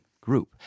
group